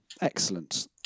Excellent